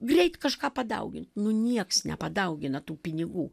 greit kažką padaugint nu nieks nepadaugina tų pinigų